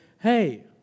hey